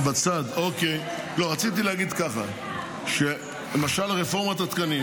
רציתי להגיד שרפורמת התקנים,